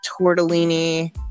tortellini